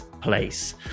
place